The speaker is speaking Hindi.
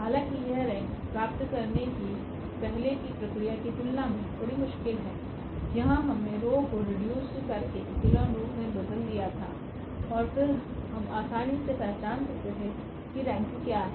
हालांकि यह रेंक प्राप्त करने की पहले की प्रक्रिया की तुलना में थोडी मुश्किल है जहां हमने रो को रीडयुस्ड कर के इकोलोन रूप मे बदल दिया था और फिर हम आसानी से पहचान सकते हैं कि रेंक क्या है